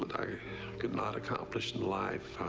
but i could not accomplish in life,